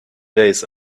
days